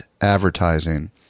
advertising